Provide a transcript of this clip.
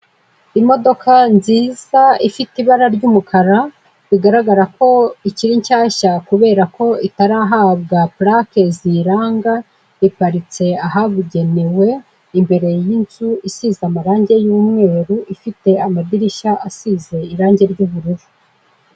Imodoka nziza ifite ibara ry'umukara bigaragara ko ikiri nshyashya kubera ko itarahabwa plaque ziyiranga, iparitse ahabugenewe imbere y'inzu isize amarangi y'umweru ifite amadirishya asize irangi ry'ubururu.